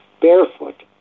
barefoot